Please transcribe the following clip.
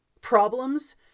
problems